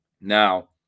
now